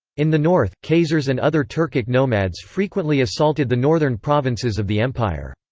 in the north, khazars and other turkic nomads frequently assaulted the northern provinces of the empire.